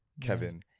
Kevin